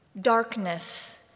darkness